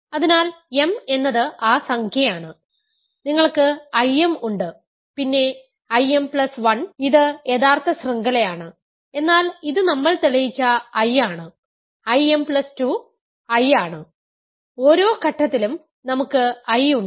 അതിനാൽ m എന്നത് ആ സംഖ്യയാണ് നിങ്ങൾക്ക് I m ഉണ്ട് പിന്നെ Im1 ഇത് യഥാർത്ഥ ശൃംഖലയാണ് എന്നാൽ ഇത് നമ്മൾ തെളിയിച്ച I ആണ് Im2 I ആണ് ഓരോ ഘട്ടത്തിലും നമുക്ക് I ഉണ്ട്